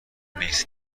نیست